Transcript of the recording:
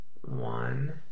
one